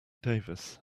davis